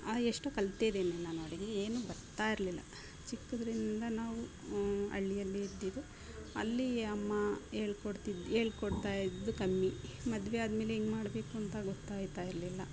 ಎಷ್ಟೊ ಕಲ್ತಿದ್ದೀನಿ ನಾನು ಅಡಿಗೆ ಏನು ಬರ್ತಾಯಿರಲಿಲ್ಲ ಚಿಕ್ಕದ್ದರಿಂದ ನಾವು ಹಳ್ಳಿಯಲ್ಲಿ ಇದ್ದಿದ್ದು ಅಲ್ಲಿ ಅಮ್ಮ ಹೇಳ್ಕೊಡ್ತಿದ್ ಹೇಳ್ಕೊಡ್ತಾ ಇದ್ದಳು ಕಮ್ಮಿ ಮದುವೆಯಾದ್ಮೇಲೆ ಏನು ಮಾಡಬೇಕು ಅಂತ ಗೊತ್ತಾಗ್ತ ಇರಲಿಲ್ಲ